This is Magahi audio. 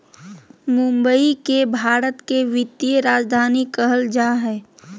मुंबई के भारत के वित्तीय राजधानी कहल जा हइ